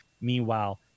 Meanwhile